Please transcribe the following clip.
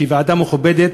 שהיא ועדה מכובדת,